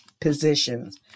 positions